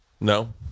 No